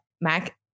Mac